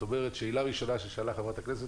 שאלה ראשונה ששאלה חברת הכנסת,